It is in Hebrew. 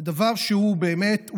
זה דבר שהוא באמת,